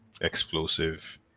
explosive